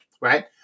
right